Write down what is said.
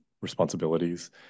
responsibilities